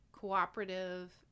cooperative